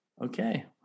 Okay